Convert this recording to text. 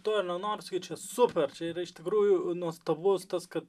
to ir nenoriu sakyt čia super čia yra iš tikrųjų nuostabus tas kad